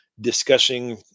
discussing